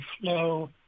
flow